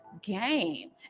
game